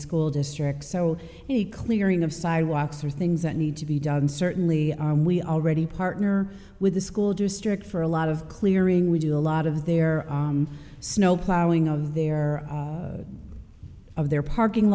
school district so the clearing of sidewalks are things that need to be done certainly we already partner with the school district for a lot of clearing we do a lot of their snow plowing of their of their parking